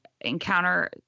encounter